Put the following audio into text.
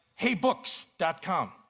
heybooks.com